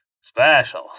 special